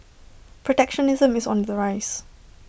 protectionism is on the rise